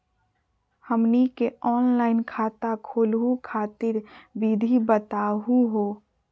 हमनी के ऑनलाइन खाता खोलहु खातिर विधि बताहु हो?